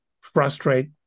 frustrate